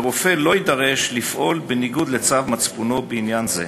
ורופא לא יידרש לפעול בניגוד לצו מצפונו בעניין זה.